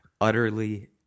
Utterly